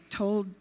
told